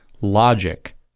logic